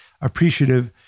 appreciative